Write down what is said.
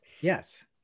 yes